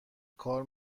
کار